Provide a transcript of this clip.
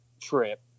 trip